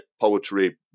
poetry